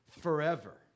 forever